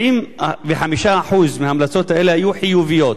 95% מההמלצות האלה היו חיוביות.